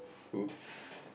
oops